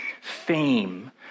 fame